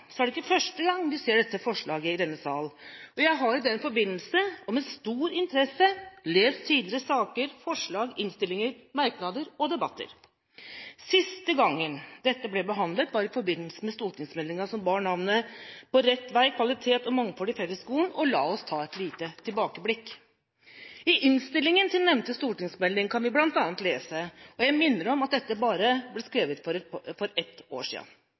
Så for oss er dette en viktig sak. Som saksordføreren sa, er det ikke første gang vi ser dette forslaget i denne sal, og jeg har i den forbindelse, og med stor interesse, lest tidligere saker, forslag, innstillinger, merknader og debatter. Den siste gangen dette ble behandlet, var i forbindelse med stortingsmeldinga som bar navnet På rett vei – kvalitet og mangfold i fellesskolen. La oss ta et lite tilbakeblikk. I innstillinga til nevnte stortingsmelding kan vi bl.a. lese – og jeg minner om at dette ble skrevet for bare et år